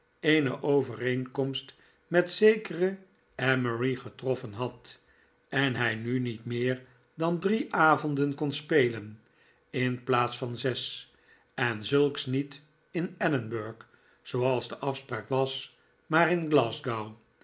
eene overeenkomst met zekeren emery getroffen had en hij nu niet meer dan drie avonden kon spelen in plaats van zes en zulks niet in edinburg zooals de afspraak was maarin